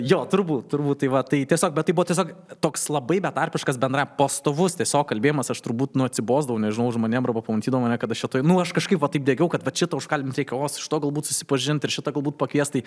jo turbūt turbūt tai va tai tiesiog bet tai buvo tiesiog toks labai betarpiškas bendra pastovus tiesiog kalbėjimas aš turbūt nu atsibosdavau nežinau žmonėm arba pamatydavo mane kad aš nu aš kažkaip va taip degiau kad vat šitą užkalbint reikia o su šituo galbūt susipažint ir šitą gal būt pakviest tai